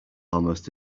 almost